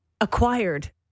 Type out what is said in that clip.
acquired